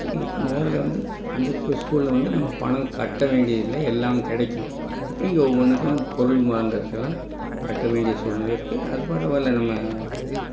மொதலில் வந்து அந்த கு ஸ்கூலில் வந்து நம்ம பணம் கட்ட வேண்டியதில்லை எல்லாம் கிடைக்கும் இப்போ இங்கே ஒவ்வொன்றுக்கும் பொருள் வாங்குறதுக்கெல்லாம் கட்ட வேண்டிய சூழ்நிலை இருக்குது அது பரவாயில்லை நம்ம இதுவே